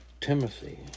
Timothy